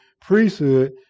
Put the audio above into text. priesthood